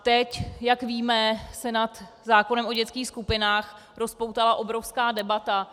Teď, jak víme, se nad zákonem o dětských skupinách rozpoutala obrovská debata.